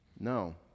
no